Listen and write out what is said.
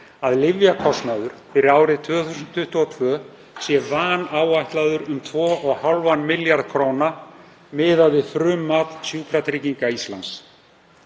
að lyfjakostnaður fyrir árið 2022 væri vanáætlaður um 2,5 milljarða króna miðað við frummat Sjúkratrygginga Íslands.